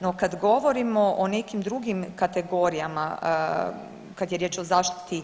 No kad govorimo o nekim drugim kategorijama kad je riječ o zaštiti